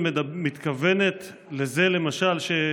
את מתכוונת למשל לזה